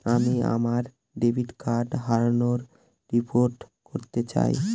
আমি আমার debit card হারানোর রিপোর্ট করতে চাই